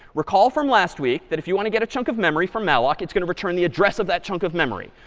recall from last week that if you want to get a chunk of memory from malloc, it's going to return the address of that chunk of memory.